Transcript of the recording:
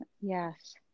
yes